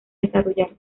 desarrollarse